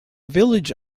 village